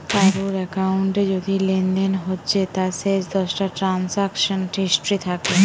কারুর একাউন্টে যদি লেনদেন হচ্ছে তার শেষ দশটা ট্রানসাকশান হিস্ট্রি থাকে